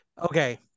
Okay